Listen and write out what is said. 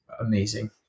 amazing